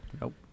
Nope